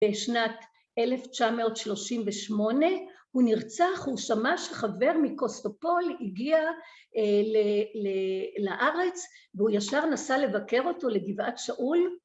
‫בשנת 1938, הוא נרצח, ‫הוא שמע שחבר מקוסטופול הגיע לארץ ‫והוא ישר נסע לבקר אותו ‫לגבעת שאול.